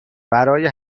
برای